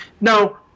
Now